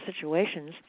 situations